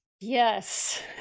Yes